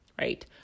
right